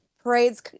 parades